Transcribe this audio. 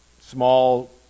small